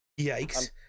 yikes